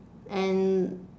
and